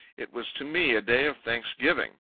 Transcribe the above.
it was to me a day of thanksgiving.